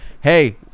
hey